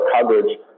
coverage